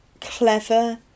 clever